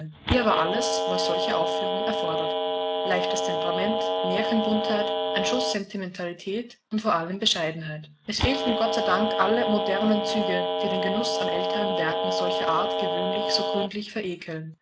hier war alles was solche aufführung erfordert leichtes temperament märchenbuntheit ein schuß sentimentalität und vor allem bescheidenheit es fehlten gott sei dank alle modernen züge die den genuß an älteren werken solcher art gewöhnlich so gründlich verekeln